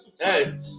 Hey